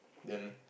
then